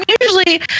usually